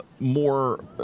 More